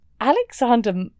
Alexander